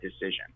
decision